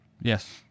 Yes